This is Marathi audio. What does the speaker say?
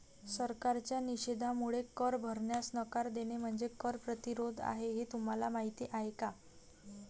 सरकारच्या निषेधामुळे कर भरण्यास नकार देणे म्हणजे कर प्रतिरोध आहे हे तुम्हाला माहीत आहे का